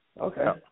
Okay